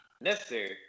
Necessary